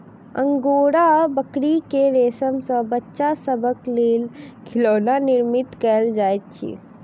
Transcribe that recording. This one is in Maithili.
अंगोरा बकरी के रेशम सॅ बच्चा सभक लेल खिलौना निर्माण कयल जाइत अछि